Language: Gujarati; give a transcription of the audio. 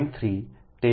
3તે 0